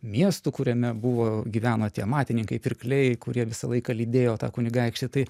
miestu kuriame buvo gyveno tie amatininkai pirkliai kurie visą laiką lydėjo tą kunigaikštį tai